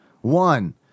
One